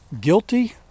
guilty